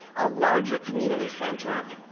ah larger community center,